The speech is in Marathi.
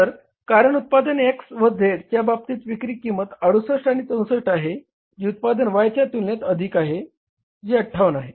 तर कारण उत्पादन X व Z च्या बाबतीत विक्री किंमत 68 आणि 64 आहे जी उत्पादन Y च्या तुलनेत अधिक आहे जी 58 आहे